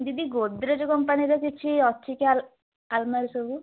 ଦିଦି ଗୋଡ଼୍ରେଜ୍ କମ୍ପାନୀର କିଛି ଅଛି କି ଆଲମାରୀ ସବୁ